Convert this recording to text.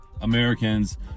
Americans